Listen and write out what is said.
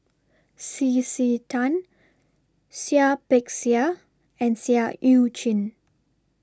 C C Tan Seah Peck Seah and Seah EU Chin